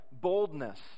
boldness